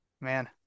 man